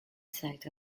side